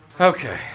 Okay